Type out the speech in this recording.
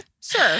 Sure